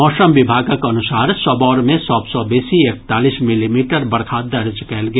मौसम विभागक अनुसार सबौर मे सभ सँ बेसी एकतालीस मिलीमीटर बरखा दर्ज कयल गेल